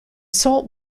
salt